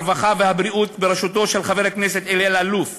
הרווחה והבריאות בראשותו של חבר הכנסת אלי אלאלוף